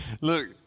Look